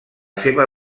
seva